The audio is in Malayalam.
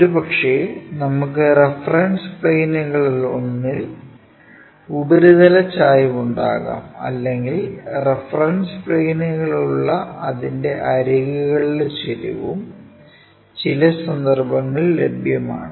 ഒരുപക്ഷേ നമുക്ക് റഫറൻസ് പ്ലെയിനുകളിലൊന്നിൽ ഉപരിതല ചായ്വുണ്ടാകാം അല്ലെങ്കിൽ റഫറൻസ് പ്ലെയിനുകളുള്ള അതിന്റെ അരികുകളുടെ ചെരിവും ചില സന്ദർഭങ്ങളിൽ ലഭ്യമാണ്